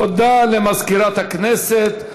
תודה למזכירת הכנסת.